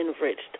enriched